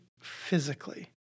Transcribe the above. physically